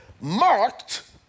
marked